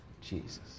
Jesus